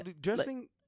Dressing